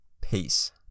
Peace